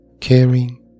caring